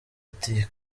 ati